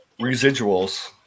residuals